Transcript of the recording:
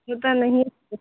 पता नहि